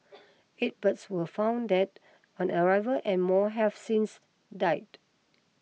eight birds were found dead on arrival and more have since died